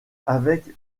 avec